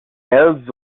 elves